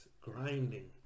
grinding